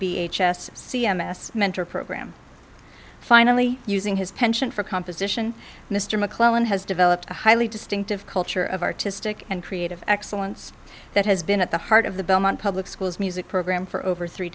b h s c m s mentor program finally using his penchant for composition mr mcclellan has developed a highly distinctive culture of artistic and creative excellence that has been at the heart of the belmont public schools music program for over three